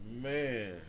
Man